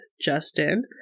Justin